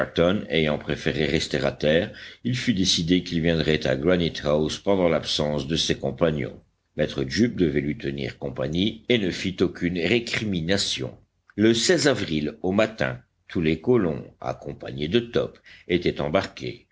ayant préféré rester à terre il fut décidé qu'il viendrait à granite house pendant l'absence de ses compagnons maître jup devait lui tenir compagnie et ne fit aucune récrimination le avril au matin tous les colons accompagnés de top étaient embarqués